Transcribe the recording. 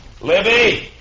Libby